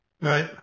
Right